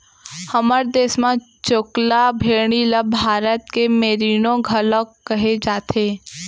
हमर देस म चोकला भेड़ी ल भारत के मेरीनो घलौक कहे जाथे